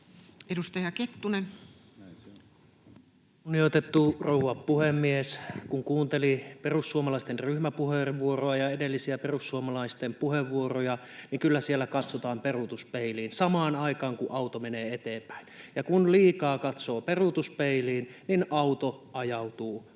Edustaja Kettunen. Kunnioitettu rouva puhemies! Kun kuuntelin perussuomalaisten ryhmäpuheenvuoroa ja edellisiä perussuomalaisten puheenvuoroja, niin kyllä siellä katsotaan peruutuspeiliin samaan aikaan, kun auto menee eteenpäin. Ja kun liikaa katsoo peruutuspeiliin, niin auto ajautuu metsään.